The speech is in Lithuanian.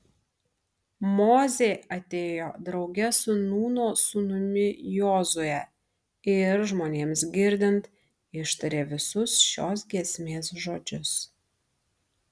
mozė atėjo drauge su nūno sūnumi jozue ir žmonėms girdint ištarė visus šios giesmės žodžius